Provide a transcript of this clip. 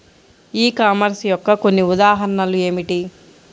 ఈ కామర్స్ యొక్క కొన్ని ఉదాహరణలు ఏమిటి?